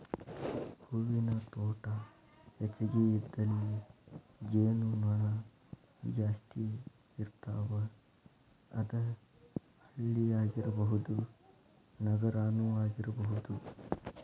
ಹೂವಿನ ತೋಟಾ ಹೆಚಗಿ ಇದ್ದಲ್ಲಿ ಜೇನು ನೊಣಾ ಜಾಸ್ತಿ ಇರ್ತಾವ, ಅದ ಹಳ್ಳಿ ಆಗಿರಬಹುದ ನಗರಾನು ಆಗಿರಬಹುದು